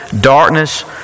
darkness